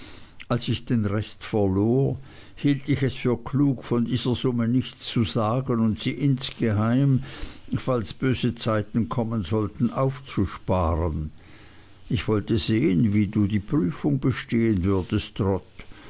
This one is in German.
als ich den rest verlor hielt ich es für klug von dieser summe nichts zu sagen und sie insgeheim falls böse zeiten kommen sollten aufzusparen ich wollte sehen wie du die prüfung bestehen würdest